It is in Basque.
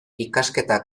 ikasketa